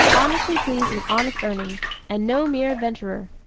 honestly pleased with honest earnings and no mere adventurer.